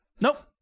nope